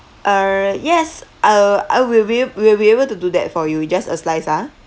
err yes uh I will we'll we will be able to do that for you just a slice ah